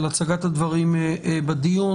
על הצגת הדברים בדיון.